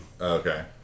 Okay